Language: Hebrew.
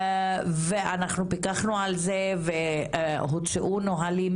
ואנחנו פיקחנו על זה והוצאו נהלים